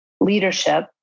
leadership